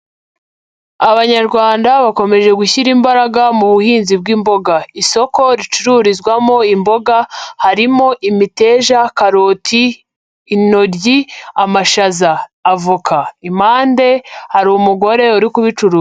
Abanyarwanda bakomeje gushyira imbaraga mu buhinzi bw'imboga. Isoko ricururizwamo imboga, harimo imiteja, karoti, intoryi, amashaza, avoka, impande hari umugore uri kubicuruza.